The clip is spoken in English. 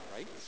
Right